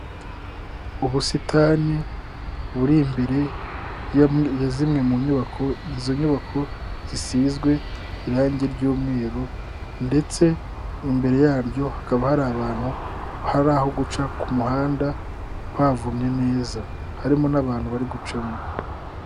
Ubusitani buri imbere ya zimwe mu nyubako, izo nyubako zisizwe irangi ry'umweru ndetse imbere yaryo hakaba hari abantu, hari aho guca ku muhanda utapavomye neza harimo n'abantu bari gucamo.